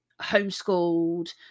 homeschooled